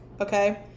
Okay